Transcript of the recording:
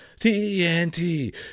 TNT